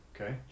okay